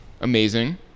Amazing